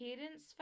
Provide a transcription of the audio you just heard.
parents